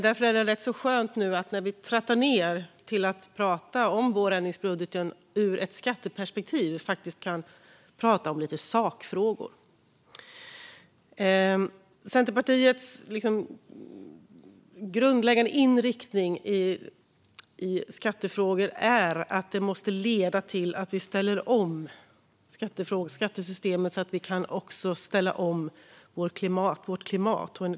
Därför är det rätt så skönt att vi när vi nu trattar ned till att prata om vårändringsbudgeten ur ett skatteperspektiv faktiskt kan prata lite om sakfrågor. Centerpartiets grundläggande inriktning i skattefrågor är att vi måste ställa om skattesystemet så att vi också kan ställa om vårt klimat.